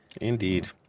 Indeed